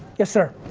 yes sir?